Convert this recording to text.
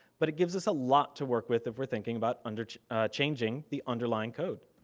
but it gives us a lot to work with if were thinking about and changing the underlying code.